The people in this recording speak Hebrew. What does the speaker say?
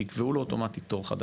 שייקבעו לו אוטומטית תור חדש.